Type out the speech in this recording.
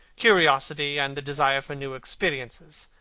curiosity and the desire for new experiences,